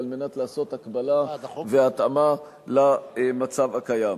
על מנת לעשות הקבלה והתאמה למצב הקיים.